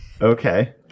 Okay